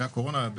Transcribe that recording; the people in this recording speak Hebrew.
אחרי הקורונה,